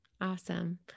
Awesome